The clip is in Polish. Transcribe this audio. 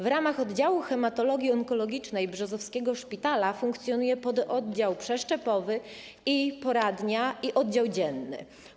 W ramach oddziału hematologii onkologicznej brzozowskiego szpitala funkcjonuje pododdział przeszczepowy i poradnia, a także oddział dzienny.